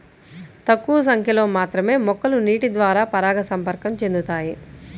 తక్కువ సంఖ్యలో మాత్రమే మొక్కలు నీటిద్వారా పరాగసంపర్కం చెందుతాయి